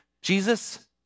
Jesus